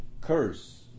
curse